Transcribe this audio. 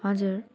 हजुर